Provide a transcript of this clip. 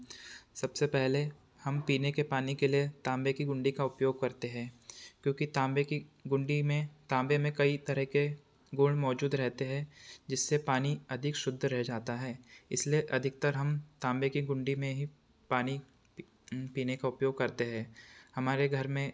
सबसे पहले हम पीने के पानी के लिए ताँबे की गुंडी का उपयोग करते हैं क्योंकि ताँबे की गुंडी में ताँबे में कई तरह के गुण मौजूद रहते हैं जिससे पानी अधिक शुद्ध रह जाता है इसलिए अधिकतर हम ताँबे की गुंडी में ही पानी पी पीने का उपयोग करते हैं हमारे घर में